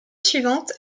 suivante